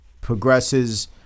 progresses